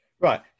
right